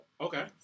Okay